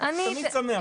אבל אני תמיד שמח.